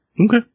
Okay